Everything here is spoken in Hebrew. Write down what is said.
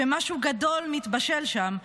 שמשהו גדול מתבשל שם,